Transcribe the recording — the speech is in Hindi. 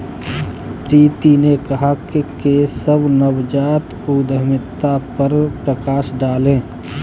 प्रीति ने कहा कि केशव नवजात उद्यमिता पर प्रकाश डालें